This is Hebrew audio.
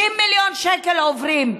50 מיליון שקל עוברים.